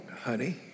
honey